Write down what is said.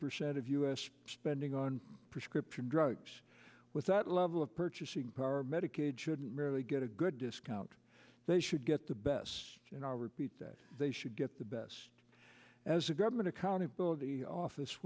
percent of us spending on prescription drugs with that level of purchasing power medicaid should really get a good discount they should get the best in our repeat that they should get the best as a government accountability office